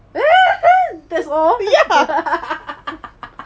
that's all